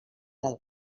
del